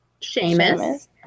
Seamus